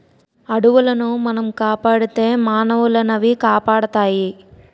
అడవులను మనం కాపాడితే మానవులనవి కాపాడుతాయి